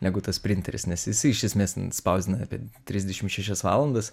negu tas printeris nes jisai iš esmės spausdina apie trisdešim šešias valandas